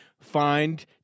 find